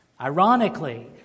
Ironically